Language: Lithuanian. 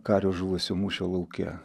kario žuvusio mūšio lauke